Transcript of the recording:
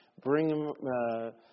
bring